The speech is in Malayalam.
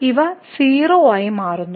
ഇവ 0 ആയി മാറുന്നു